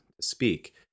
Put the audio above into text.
speak